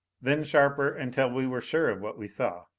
then sharper until we were sure of what we saw.